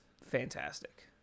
fantastic